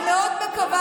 מקום